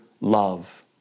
love